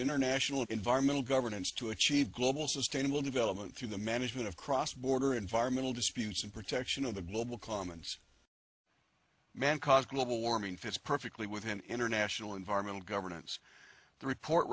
international environmental governance to achieve global sustainable development through the management of cross border environmental disputes and protection of the global commons man caused global warming fits perfectly with an international environmental governance the report